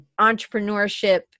entrepreneurship